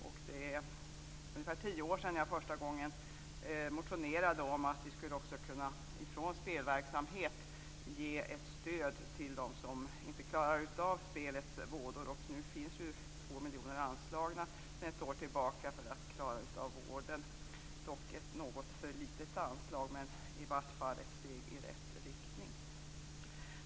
Det är ungefär tio år sedan jag för första gången motionerade om att vi skulle kunna ge ett stöd från spelverksamheten till dem som inte klarar av spelets vådor. Nu finns det 2 miljoner anslagna sedan ett år tillbaka för att klara av vården - ett något för litet anslag, men i varje fall ett steg i rätt riktning.